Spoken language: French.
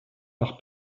par